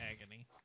agony